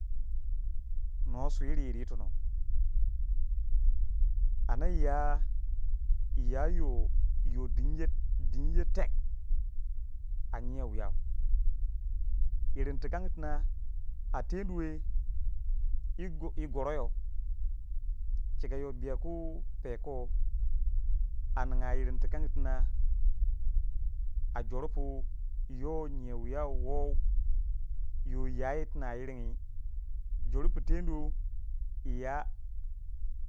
Nuwa suri yirri yi tono anda yii ya yi ya iyoh yoh din ye dinye teh a nyiyou wiyau yirrin ti kangi tina a tenduwe yi go yi goroyo chika yoh biayu ku pe ko a ninga irin tu kangu tina a jor pu yoh nyiyau wiyau wo yoh ya yi tina yirrin jor pu teno iya.